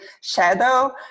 shadow